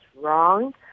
wrong